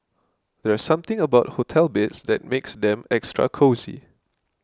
there's something about hotel beds that makes them extra cosy